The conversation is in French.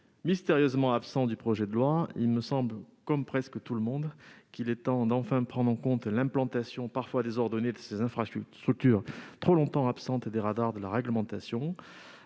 mystérieusement absent du projet de loi, je pense, comme presque tout le monde, qu'il est temps de nous pencher enfin sur l'implantation parfois désordonnée de ces infrastructures trop longtemps absentes des radars de la réglementation.